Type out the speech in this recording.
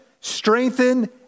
strengthen